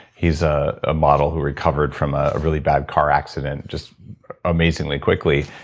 he's ah a model who recovered from a really bad car accident, just amazingly quickly.